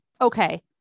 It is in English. okay